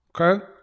Okay